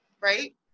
right